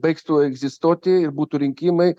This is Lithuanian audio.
baigtų egzistuoti ir būtų rinkimai